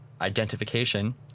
identification